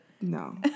No